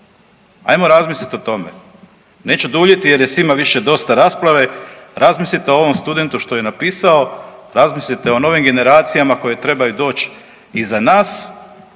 Ajmo razmisliti o tome. Neću duljiti jer je svima više dosta rasprave, razmislite o ovom studentu što je napisao, razmislite o novim generacijama koje trebaju doći iza nas.